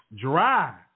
dry